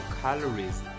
calories